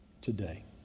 today